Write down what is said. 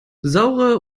saure